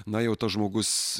na jau tas žmogus